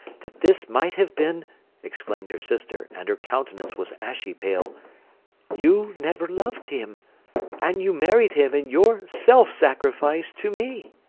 that this might have been exclaimed her sister and her countenance was ashy-pale. you never loved him and you married him in your self-sacrifice to me